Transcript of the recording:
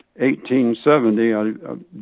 1870